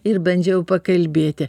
ir bandžiau pakalbėti